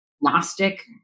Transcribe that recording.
Gnostic